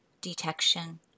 Detection